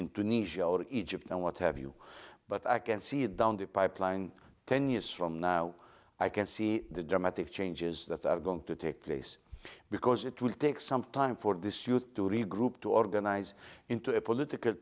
tunisia or egypt and what have you but i can see it down the pipeline ten years from now i can see the dramatic changes that are going to take place because it will take some time for this suit to regroup to organize into a political